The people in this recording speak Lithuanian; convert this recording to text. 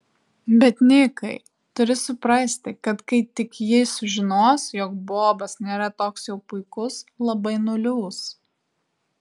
bet nikai turi suprasti kad kai tik ji sužinos jog bobas nėra toks jau puikus labai nuliūs